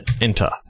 enter